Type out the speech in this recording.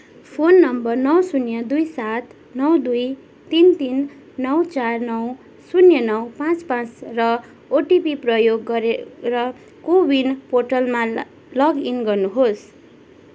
phone number नौ शून्य दुई सात नौ दुई तिन तिन नौ चार नौ शून्य नौ पाँच पाँच र ओटिपी प्रयोग गरेर को विन पोर्टलमा लगइन गर्नुहोस्